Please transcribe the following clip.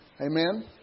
Amen